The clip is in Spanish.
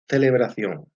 celebración